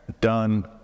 done